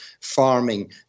farming